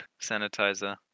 sanitizer